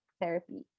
therapy